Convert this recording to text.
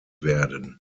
werden